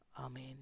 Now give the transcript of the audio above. Amen